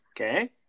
Okay